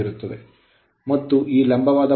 ಮತ್ತು ಈ ಲಂಬವಾದ ಭಾಗವು I2 Re2 sin ∅2 ಆಗಿದೆ